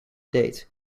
date